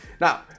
now